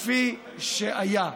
כפי שהיה.